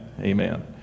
amen